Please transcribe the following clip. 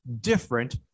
different